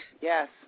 yes